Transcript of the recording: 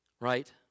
right